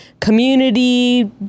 community